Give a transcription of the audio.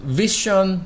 vision